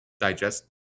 digest